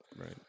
Right